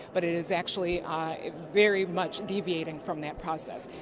but it is actually very much deviating from that process.